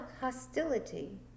hostility